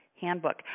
Handbook